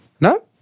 No